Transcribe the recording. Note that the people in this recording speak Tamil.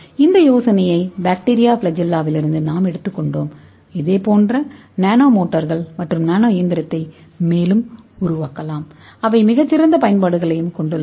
இந்த பாக்டீரியா ஃப்ளாஜெல்லாவிலிருந்து நாம் யோசனையை எடுக்க முடியும் மேலும் இதேபோன்ற நானோ மோட்டார்கள் மற்றும் நானோ இயந்திரத்தை உருவாக்கலாம் அவை மிகச் சிறந்த பயன்பாடுகளையும் கொண்டுள்ளன